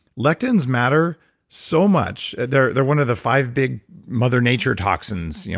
lectins matter so much. they're they're one of the five big mother nature toxins. you know